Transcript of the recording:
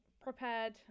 prepared